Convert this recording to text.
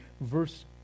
verse